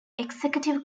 executive